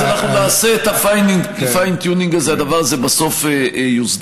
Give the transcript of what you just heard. אז אנחנו נעשה את ה-fine tuning הזה והדבר הזה בסוף יוסדר.